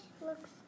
looks